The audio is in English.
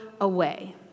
away